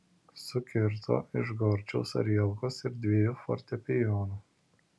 sukirto iš gorčiaus arielkos ir dviejų fortepijonų